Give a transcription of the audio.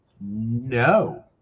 no